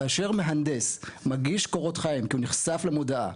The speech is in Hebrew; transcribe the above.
כאשר מהנדס מגיש קורות חיים כי הוא נחשף למודעה,